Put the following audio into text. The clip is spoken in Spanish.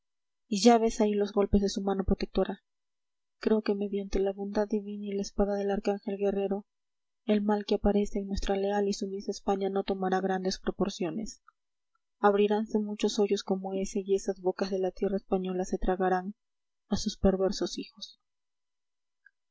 y ya ves ahí los golpes de su mano protectora creo que mediante la bondad divina y la espada del arcángel guerrero el mal que aparece en nuestra leal y sumisa españa no tomará grandes proporciones abriranse muchos hoyos como ese y esas bocas de la tierra española se tragarán a sus perversos hijos